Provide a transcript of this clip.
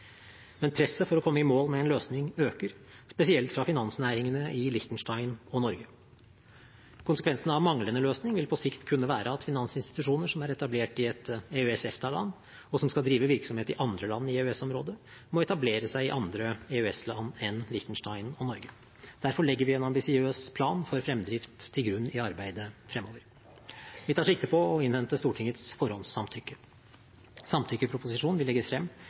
Men presset for å komme i mål med en løsning øker, spesielt fra finansnæringene i Liechtenstein og Norge. Konsekvensene av manglende løsning vil på sikt kunne være at finansinstitusjoner som er etablert i et EØS/EFTA-land, og som skal drive virksomhet i andre land i EØS-området, må etablere seg i andre EØS-land enn Liechtenstein og Norge. Derfor legger vi en ambisiøs plan for fremdrift til grunn i arbeidet fremover. Vi tar sikte på å innhente Stortingets forhåndssamtykke. Samtykkeproposisjon vil legges frem